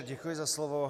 Děkuji za slovo.